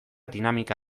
dinamika